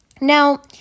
Now